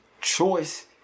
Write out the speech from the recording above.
choice